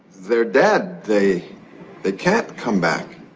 they're dead. they they can't come back